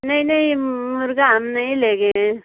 नहीं नहीं मुर्ग़ा हम नहीं लेंगे